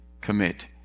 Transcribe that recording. commit